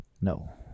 No